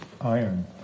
iron